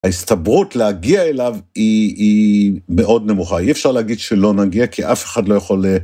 ההסתברות להגיע אליו היא מאוד נמוכה. אי אפשר להגיד שלא נגיע, כי אף אחד לא יכול להגיע.